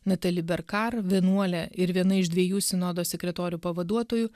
natali berkar vienuolė ir viena iš dviejų sinodo sekretorių pavaduotojų